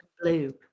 blue